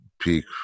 peak